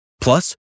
Plus